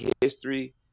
history